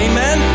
Amen